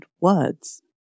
words